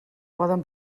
poden